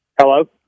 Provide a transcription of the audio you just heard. Hello